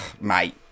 mate